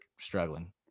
struggling